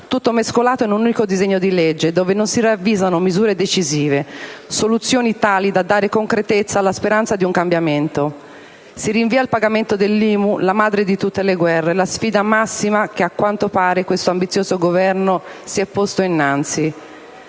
tutto mescolato in un unico disegno di legge, dove non si ravvisano misure decisive, soluzioni tali da dare concretezza alla speranza di un cambiamento. Si rinvia il pagamento dell'IMU, la madre di tutte le guerre, la sfida massima che, a quanto pare, questo ambizioso Governo si è posto innanzi.